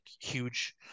huge